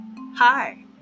Hi